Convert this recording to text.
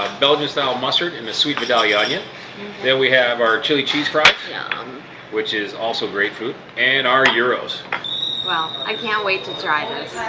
belgian style mustard in the sweet vidalia onion then we have our chili cheese fries yeah um which is also a great food and our gyros wow, i can't wait to try this!